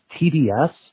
TBS